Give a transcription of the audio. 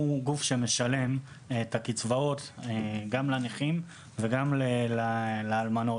שהוא הגוף שמשלם את הקצבאות גם לנכים וגם לאלמנות.